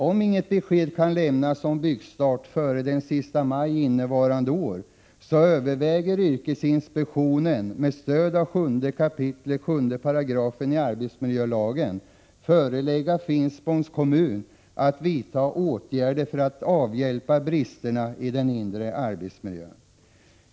Om inget besked kan lämnas om byggstart före den sista maj innevarande år överväger yrkesinspektionen, med stöd av 7 kap. 7 §i arbetsmiljölagen, att förelägga Finspångs kommun att vidta åtgärder för att avhjälpa bristerna i den inre arbetsmiljön.